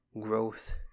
growth